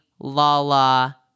Lala